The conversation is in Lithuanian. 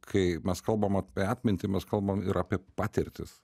kai mes kalbam apie atmintį mes kalbam ir apie patirtis